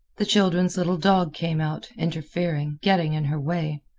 the children's little dog came out, interfering, getting in her way.